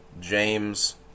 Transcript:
james